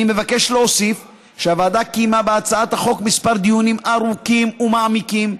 אני מבקש להוסיף שהוועדה קיימה בהצעת החוק כמה דיונים ארוכים ומעמיקים,